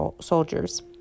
soldiers